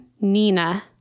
Nina